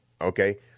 Okay